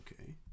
okay